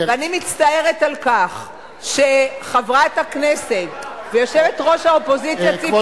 ואני מצטערת על כך שחברת הכנסת ויושבת-ראש האופוזיציה ציפי לבני,